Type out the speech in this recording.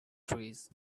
trees